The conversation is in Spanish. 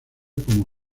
como